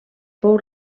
fou